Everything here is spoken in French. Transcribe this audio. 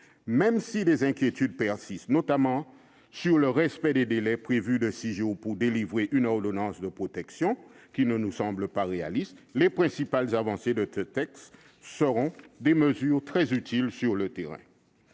Même si des inquiétudes persistent, notamment en ce qui concerne le respect du délai de six jours pour délivrer une ordonnance de protection- ce délai ne nous semble pas réaliste -, les principales avancées de ce texte seront des mesures très utiles sur le terrain.